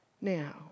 now